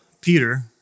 Peter